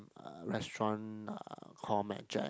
uh restaurant uh called Mad Jack